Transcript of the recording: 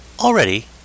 Already